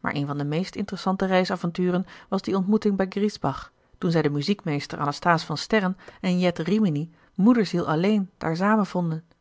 maar een van de meest interessante reis avonturen was die ontmoeting bij griesbach toen zij den muziekmeester anasthase van sterren en jet rimini moederziel alleen daar